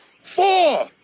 Four